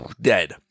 dead